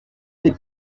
n’est